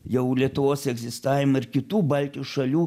jau lietuvos egzistavimą ir kitų baltijos šalių